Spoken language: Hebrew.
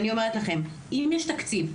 ואני אומרת לכם אם יש תקציב,